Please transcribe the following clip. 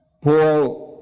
Paul